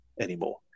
anymore